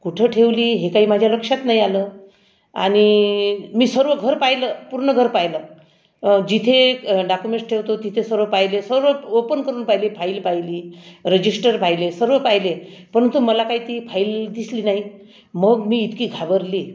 कुठं ठेवली हे काही माझ्या लक्षात नाही आलं आणि मी सर्व घर पाहिलं पूर्ण घर पाहिलं जिथे डाक्युमेंट्स ठेवतो तिथे सर्व पाहिले सर्व ओपन करून पाहिले फाइल पाहिली रजिस्टर पाहिले सर्व पाहिले परंतु मला काय ती फाइल दिसली नाही मग मी इतकी घाबरली